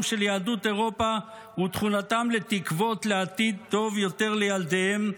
של יהדות אירופה ותכונתם לתקוות לעתיד טוב יותר לילדיהם,